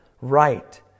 right